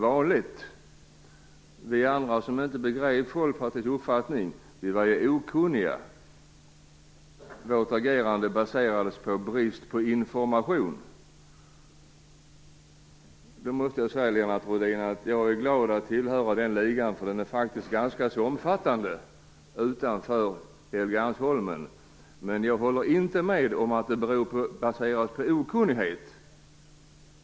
Vi som inte begriper Folkpartiets uppfattning skulle vara okunniga. Vårt agerande skulle baseras på brist på information. Jag måste säga, Lennart Rohdin, att jag är glad att jag tillhör den gruppen, som faktiskt är ganska omfattande utanför Helgeandsholmen. Men jag håller inte med om att dess uppfattningar är baserade på okunnighet.